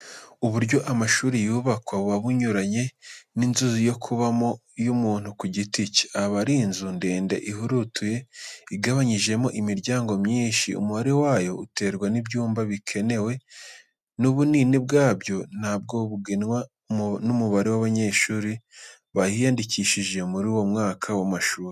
Uburyo amashuri yubakwa, buba bunyuranye n'inzu yo kubamo y'umuntu ku giti cye. Aba ari inzu ndende ihurutuye, igabanyijemo imiryango myinshi, umubare wayo uterwa n'ibyumba bikenewe n'ubunini bwabyo, nabwo bugenwa n'umubare w'abanyeshuri bahiyandikishije muri uwo mwaka w'amashuri